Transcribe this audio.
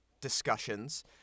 discussions